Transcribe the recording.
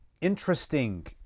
interesting